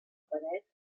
paret